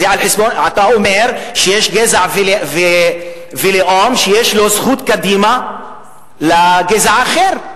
אתה אומר שיש גזע ולאום שיש לו זכות קדימה לגזע אחר,